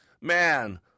man